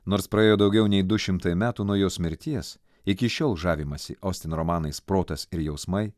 nors praėjo daugiau nei du šimtai metų nuo jos mirties iki šiol žavimasi ostin romanais protas ir jausmai